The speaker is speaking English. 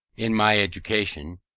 in my education,